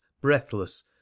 breathless